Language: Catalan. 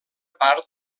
part